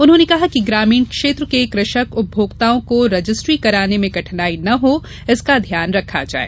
उन्होंने कहा कि ग्रामीण क्षेत्र के कृषक उपभोक्ताओं को रजिस्ट्री कराने में कठिनाई न हो इसका ध्यान रखा जाये